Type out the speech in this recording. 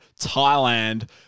Thailand